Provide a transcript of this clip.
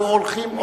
אנחנו הולכים,